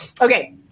Okay